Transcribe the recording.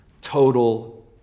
total